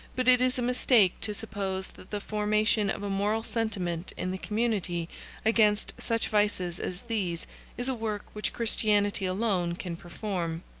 but it is a mistake to suppose that the formation of a moral sentiment in the community against such vices as these is a work which christianity alone can perform.